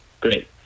Great